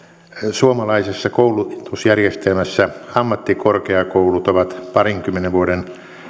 suomalaisessa koulutusjärjestelmässä ammattikorkeakoulut ovat parinkymmenen vuoden